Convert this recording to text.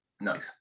nice